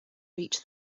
reach